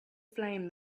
flame